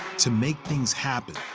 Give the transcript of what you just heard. to make things happen.